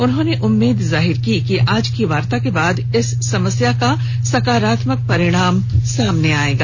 उन्होंने उम्मीद जाहिर की कि आज की वार्ता के बाद इस समस्या का सकारात्मक परिणाम सामने आएगा